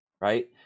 right